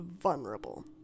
vulnerable